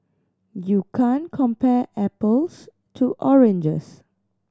you can't compare apples to oranges